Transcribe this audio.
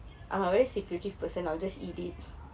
I'm a very secretive person I'll just eat it